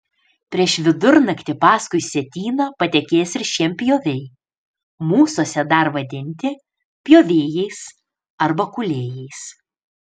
prieš vidurnaktį paskui sietyną patekės ir šienpjoviai mūsuose dar vadinti pjovėjais arba kūlėjais